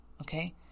Okay